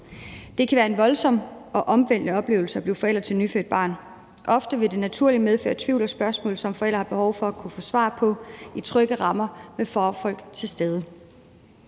Det kan være en voldsom og omvæltende oplevelse at blive forældre til et nyfødt barn. Ofte vil det naturligt medføre tvivl og spørgsmål, som forældre har behov for at kunne få svar på i trygge rammer med fagfolk til stede.